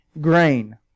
grain